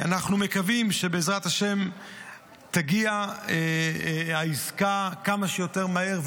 אנחנו מקווים שבעזרת השם תגיע העסקה כמה שיותר מהר,